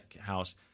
house